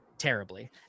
terribly